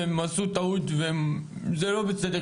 ושהם עשו טעות וזה לא בסדר.